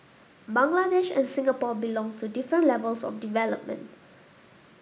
Bangladesh and Singapore belong to different levels of development